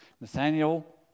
nathaniel